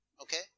Okay